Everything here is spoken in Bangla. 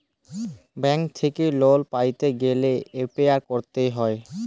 ব্যাংক থ্যাইকে লল পাইতে গ্যালে এপ্লায় ক্যরতে হ্যয়